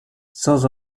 sans